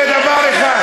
זה דבר אחד.